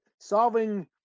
solving